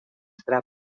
serà